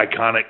iconic